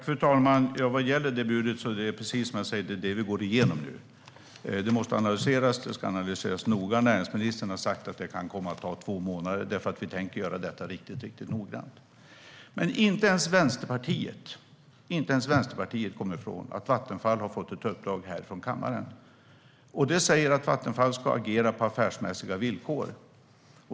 Fru talman! Precis som jag säger går vi igenom budet nu. Det ska analyseras noga. Näringsministern har sagt att det kan komma att ta två månader, för vi tänker göra detta riktigt noggrant. Inte ens Vänsterpartiet kommer ifrån att Vattenfall har fått ett uppdrag av kammaren. Det säger att Vattenfall ska agera på affärsmässiga villkor.